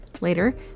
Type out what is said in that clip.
Later